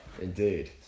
Indeed